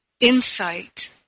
insight